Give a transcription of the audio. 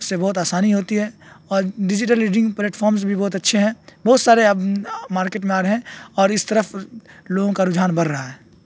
اس سے بہت آسانی ہوتی ہے اور ڈیجیٹل ریڈنگ پلیٹ فامس بھی بہت اچھے ہیں بہت سارے اب مارکیٹ میں آ رہے ہیں اور اس طرف لوگوں کا رجحان بڑھ رہا ہے